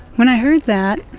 when i heard that,